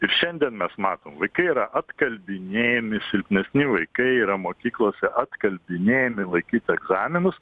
ir šiandien mes matom vaikai yra apkalbinėjami silpnesni vaikai yra mokyklose atkalbinėjami laikyti egzaminus